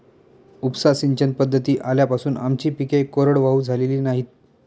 उपसा सिंचन पद्धती आल्यापासून आमची पिके कोरडवाहू झालेली नाहीत